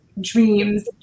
dreams